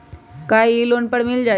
का इ लोन पर मिल जाइ?